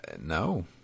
No